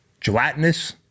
gelatinous